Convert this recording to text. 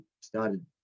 started